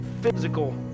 physical